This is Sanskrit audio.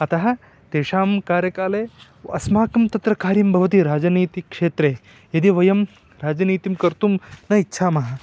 अतः तेषां कार्यकाले व अस्माकं तत्र कार्यं भवति तत्र राजनीतिक्षेत्रे यदि वयं राजनीतिं कर्तुं न इच्छामः